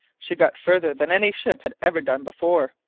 she got farther than any ship had ever done before.